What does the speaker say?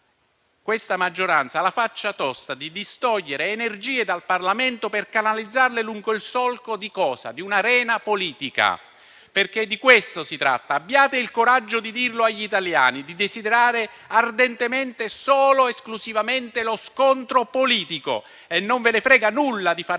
questa maggioranza ha la faccia tosta di distogliere energie dal Parlamento per canalizzarle lungo il solco di un'arena politica. Di questo si tratta; abbiate il coraggio di dirlo agli italiani. Desiderate ardentemente solo ed esclusivamente lo scontro politico e non ve ne frega nulla di far